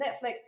netflix